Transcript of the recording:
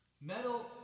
Metal